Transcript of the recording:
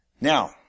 Now